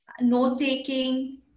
note-taking